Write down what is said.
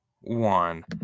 one